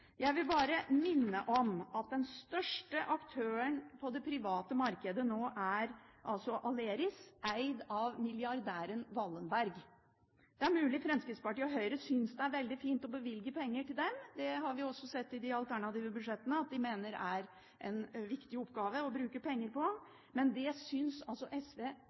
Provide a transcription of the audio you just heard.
Jeg vil bare minne om at den største aktøren på det private markedet nå er Aleris, eid av milliardæren Wallenberg. Det er mulig Fremskrittspartiet og Høyre synes det er veldig fint å bevilge penger til dem. Vi har jo sett i de alternative budsjettene at de mener dette er en viktig oppgave å bruke penger på. Men det synes altså SV